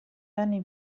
anni